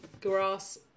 grass